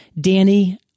Danny